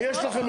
עוד פעם.